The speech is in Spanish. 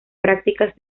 prácticas